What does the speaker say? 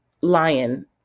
lion